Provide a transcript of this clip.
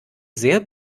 sehr